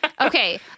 Okay